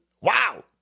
wow